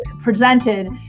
presented